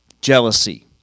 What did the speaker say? jealousy